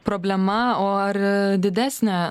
problema o ar didesnė